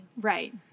Right